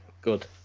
good